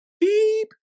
beep